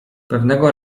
pewnego